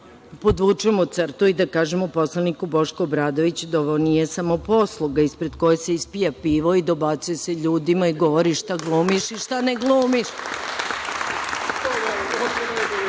da podvučemo crtu i da kažemo poslaniku Bošku Obradoviću da ovo nije samoposluga ispred koje se ispija pivo i dobacuje se ljudima i govori šta glumiš i šta ne glumiš. Možda